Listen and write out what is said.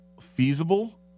feasible